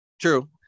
True